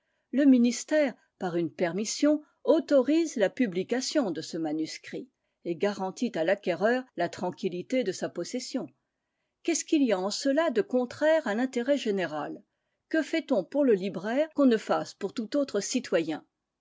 le ministère par une permission autorise la publication de ce manuscrit et garantit à l'acquéreur la tranquillité de sa possession qu'est-ce qu'il y a en cela de contraire à l'intérêt général que fait-on pour le libraire qu'on ne fasse pour tout autre citoyen